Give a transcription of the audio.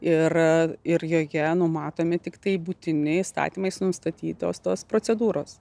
ir ir joje numatomi tiktai būtini įstatymais nustatytos tos procedūros